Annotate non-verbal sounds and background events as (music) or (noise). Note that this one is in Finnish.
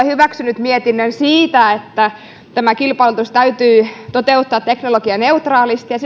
(unintelligible) hyväksynyt mietinnön siitä että tämä kilpailutus täytyy toteuttaa teknologianeutraalisti ja (unintelligible)